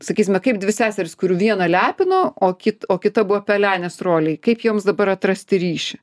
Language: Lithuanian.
sakysime kaip dvi seseris kurių vieną lepino o kitą o kita buvo pelenės rolėj kaip joms dabar atrasti ryšį